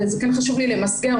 וכן חשוב לי למסגר,